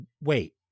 wait